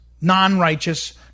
non-righteous